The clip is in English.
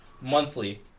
monthly